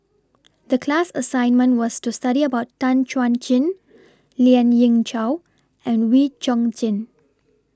The class assignment was to study about Tan Chuan Jin Lien Ying Chow and Wee Chong Jin